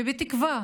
ובתקווה